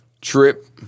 Trip